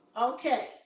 Okay